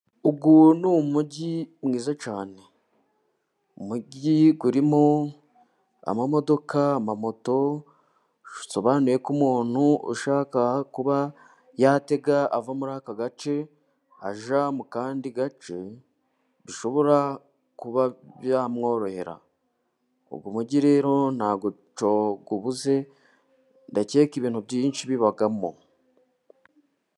Uyu ni umujyi mwiza cyane. Umugi urimo amamodoka, amamoto, bisobanuye ko umuntu ushaka kuba yatega ava muri aka gace ajya mu kandi gace bishobora kuba byamworohera. Uyu mujyi rero ntacyo ubuze, ndakeka ibintu byinshi bibamo.